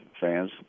fans